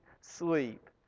sleep